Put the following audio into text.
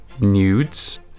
nudes